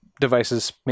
devices